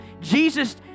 Jesus